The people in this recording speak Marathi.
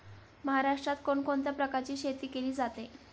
महाराष्ट्रात कोण कोणत्या प्रकारची शेती केली जाते?